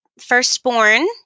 firstborn